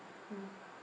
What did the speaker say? mm